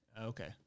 Okay